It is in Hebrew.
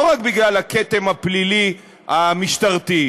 לא רק בגלל הכתם הפלילי המשטרתי,